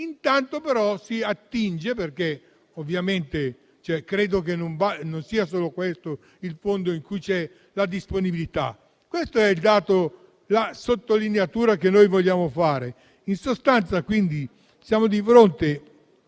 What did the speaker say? intanto però si attinge. E credo che non sia solo questo il fondo in cui c'è disponibilità. Questa è la sottolineatura che noi vogliamo fare. In sostanza, siamo di fronte